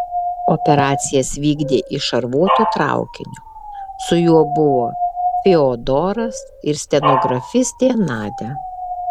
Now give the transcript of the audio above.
operacijas vykdė iš šarvuoto traukinio su juo buvo fiodoras ir stenografistė nadia